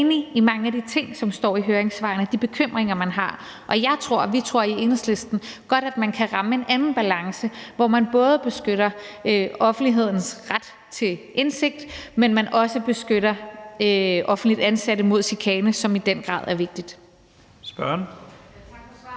jeg er enig i mange af de ting, som står i høringssvarene, og de bekymringer, man har. Jeg tror, og vi tror i Enhedslisten, at man godt kan ramme en anden balance, hvor man både beskytter offentlighedens ret til indsigt, men også beskytter offentligt ansatte mod chikane, hvilket i den grad er vigtigt.